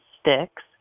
Sticks